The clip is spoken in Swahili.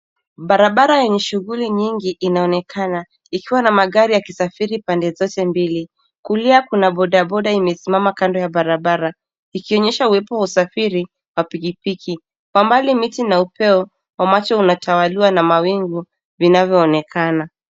Barabara yenye shughuli nyingi inaonekana ikiwa na magari yakisafiri pande zote mbili. Kulia kuna bodaboda imesimama kando ya barabara ikionyesha uwepo wa usafiri wa pikipiki. Kwa mbali miti na upeo wa macho unatawaliwa na mawingu vinavyoonekana.